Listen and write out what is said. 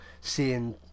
seeing